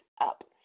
up